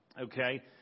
okay